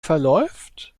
verläuft